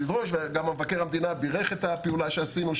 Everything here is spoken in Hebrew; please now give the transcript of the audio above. וגם מבקר המדינה בירך על הפעולה שעשינו,